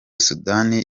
sudani